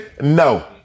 No